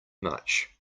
much